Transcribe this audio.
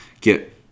get